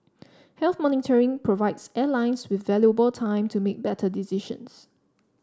health monitoring provides airlines with valuable time to make better decisions